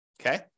Okay